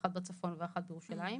אחת בצפון ואחת בירושלים.